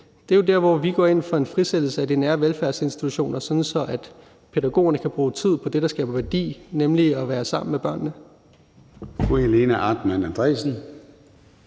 Det er jo der, hvor vi går ind for en frisættelse af de nære velfærdsinstitutioner, sådan at pædagogerne kan bruge tid på det, der skaber værdi, nemlig at være sammen med børnene.